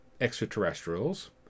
extraterrestrials